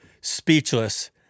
speechless